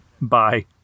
Bye